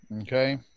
Okay